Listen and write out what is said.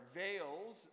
veils